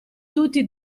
tutti